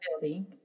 building